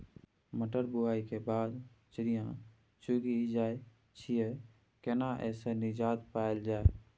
मटर बुआई के बाद चिड़िया चुइग जाय छियै केना ऐसे निजात पायल जाय?